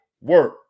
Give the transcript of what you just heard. work